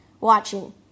watching